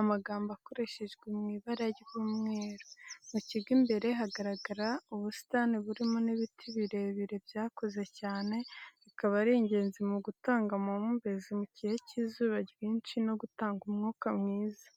amagambo akoreshejwe ibara ry'umweru, mu kigo imbere hagaragara ubusitani burimo n'ibiti birebire byakuze cyane bikaba ari ingenzi mu gutanga amahumbezi mu gihe cy'izuba ryinshi ndetse no gutanga umwuka mwiza.